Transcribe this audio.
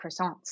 croissants